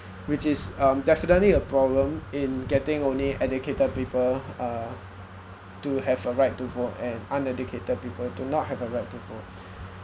which is um definitely a problem in getting only educated people uh to have a right to vote and uneducated people to not have the right to vote